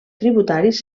tributaris